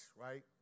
right